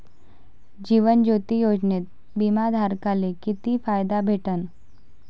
जीवन ज्योती योजनेत बिमा धारकाले किती फायदा भेटन?